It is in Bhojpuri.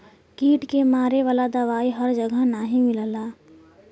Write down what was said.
कीट के मारे वाला दवाई हर जगह नाही मिलला